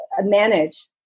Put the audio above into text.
manage